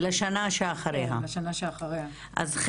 לשנה שאחריה.